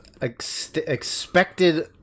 expected